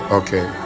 okay